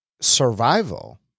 survival